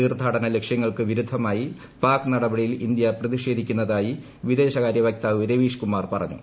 തീർത്ഥാടന ലക്ഷ്യങ്ങൾക്ക് വിരുദ്ധമായ പാക് നടപടിയിൽ ഇന്ത്യ പ്രതിഷേധിക്കുന്നതായി വിദേശകാര്യ വക്താവ് രവീഷ് കുമാർ പറഞ്ഞു